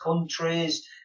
countries